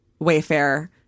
Wayfair